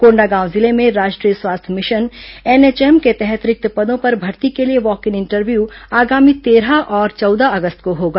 कोंडागांव जिले में राष्ट्रीय स्वास्थ्य मिशन एनएचएम के तहत रिक्त पदों पर मर्ती के लिए वॉक इन इंटरव्यू आगामी तेरह और चौदह अगस्त को होगा